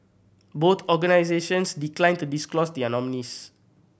both organisations declined to disclose their nominees